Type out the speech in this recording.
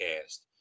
cast